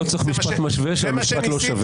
לא צריך משפט משווה כשהמשפט לא שווה.